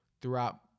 throughout